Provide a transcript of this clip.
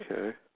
Okay